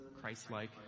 christ-like